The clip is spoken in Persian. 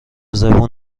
زبون